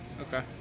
Okay